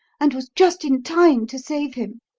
and was just in time to save him.